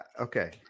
okay